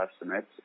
estimates